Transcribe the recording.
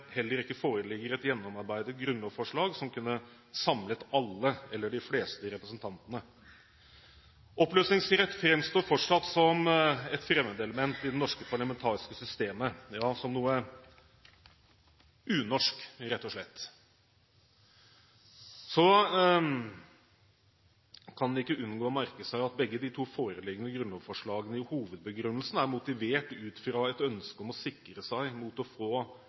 heller ikke foreligger et gjennomarbeidet grunnlovsforslag som kunne samlet alle, eller de fleste, representantene. Oppløsningsrett framstår fortsatt som et fremmedelement i det norske parlamentariske systemet – ja som noe unorsk, rett og slett. Så kan man ikke unngå å merke seg at begge de to foreliggende grunnlovsforslagene i hovedbegrunnelsen er motivert ut fra et ønske om å sikre seg mot å få